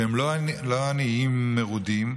שהם לא עניים מרודים,